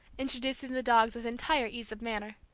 introducing the dogs with entire ease of manner.